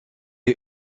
est